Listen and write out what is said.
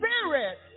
Spirit